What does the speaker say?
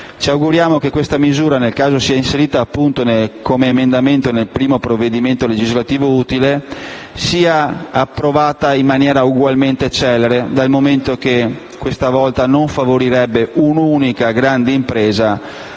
azienda), questa misura, nel caso sia inserita come emendamento nel primo provvedimento legislativo utile, sia approvata in maniera ugualmente celere, anche perché questa volta non si favorirebbe un'unica grande impresa